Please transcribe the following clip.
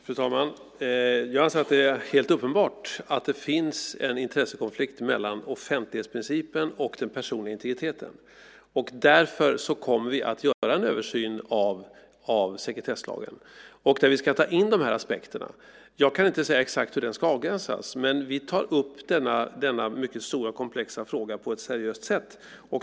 Fru talman! Jag anser att det är helt uppenbart att det finns en intressekonflikt mellan offentlighetsprincipen och den personliga integriteten. Därför kommer vi att göra en översyn av sekretesslagen. Där ska vi ta in dessa aspekter. Jag kan inte säga exakt hur den ska avgränsas, men vi tar upp denna mycket stora och komplexa fråga på ett seriöst sätt.